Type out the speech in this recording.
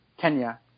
Kenya